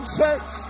church